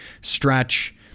stretch